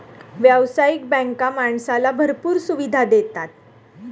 व्यावसायिक बँका माणसाला भरपूर सुविधा देतात